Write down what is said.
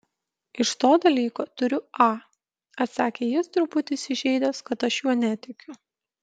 iš to dalyko turiu a atsakė jis truputį įsižeidęs kad aš juo netikiu